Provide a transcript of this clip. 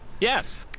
Yes